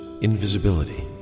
Invisibility